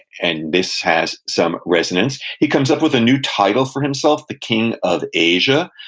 and this has some resonance. he comes up with a new title for himself, the king of asia.